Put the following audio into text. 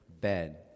bed